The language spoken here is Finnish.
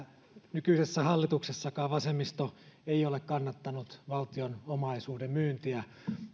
nykyisessäkään hallituksessa vasemmisto ei ole kannattanut valtion omaisuuden myyntiä